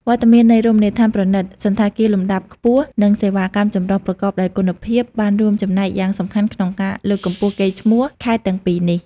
វត្តមាននៃ រមណីយដ្ឋានប្រណីត សណ្ឋាគារលំដាប់ខ្ពស់ និង សេវាកម្មចម្រុះ ប្រកបដោយគុណភាព បានរួមចំណែកយ៉ាងសំខាន់ក្នុងការ លើកកម្ពស់កេរ្តិ៍ឈ្មោះ ខេត្តទាំងពីរនេះ។